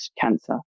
cancer